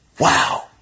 Wow